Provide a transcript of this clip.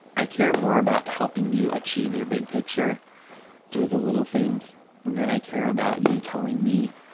i care more about helping you achieve your big picture through the little things than i care about you telling me,